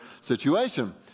situation